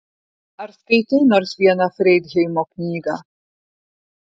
ar skaitei nors vieną freidheimo knygą